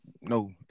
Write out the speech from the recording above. no